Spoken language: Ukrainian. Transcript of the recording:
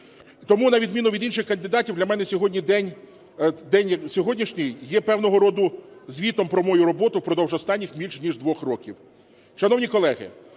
Тому, на відміну від інших кандидатів, для мене день сьогоднішній є, певного роду, звітом про мою роботу впродовж останніх більше ніж 2 років.